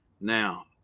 Now